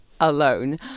alone